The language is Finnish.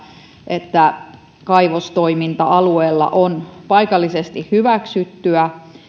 että kaivostoiminta alueella on paikallisesti hyväksyttyä